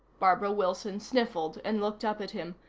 barbara wilson sniffled and looked up at him.